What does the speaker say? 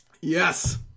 yes